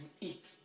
eat